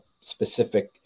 specific